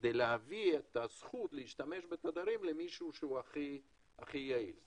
כדי להעביר את הזכות להשתמש בתדרים למישהו שהוא הכי יעיל.